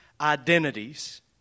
identities